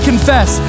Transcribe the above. confess